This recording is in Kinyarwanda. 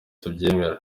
tubyemera